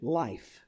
life